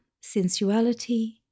sensuality